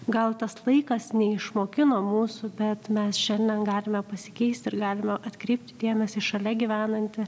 gal tas laikas neišmokino mūsų bet mes šiandien galime pasikeis ir galime atkreipti dėmesį į šalia gyvenantį